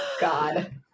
God